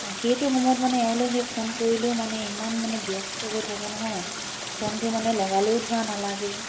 অঁ সেইটো সময়ত মানে এওঁলৈ সেই ফোন কৰিলেও মানে ইমান মানে ব্যস্ত হৈ থাকে নহয় ফোনটো মানে লগালেও ধৰা নালাগে